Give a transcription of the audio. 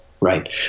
right